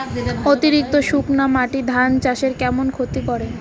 অতিরিক্ত শুকনা মাটি ধান চাষের কেমন ক্ষতি করে?